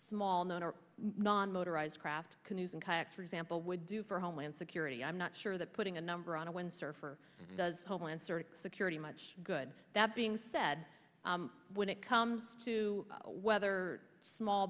small known or non motorized craft canoes and kayaks for example would do for homeland security i'm not sure that putting a number on a windsurfer does homeland security much good that being said when it comes to whether small